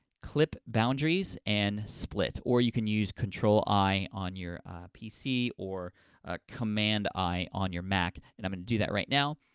clip boundaries, and split, or you can use control i on your pc or command i on your mac. and i'm gonna do that, right now,